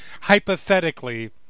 hypothetically